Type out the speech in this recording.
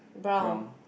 brown